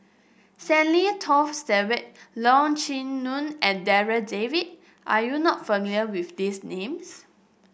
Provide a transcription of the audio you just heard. Stanley Toft Stewart Leong Chee Mun and Darryl David are you not familiar with these names